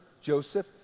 Joseph